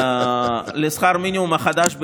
לשכר המינימום החדש בישראל,